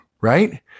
Right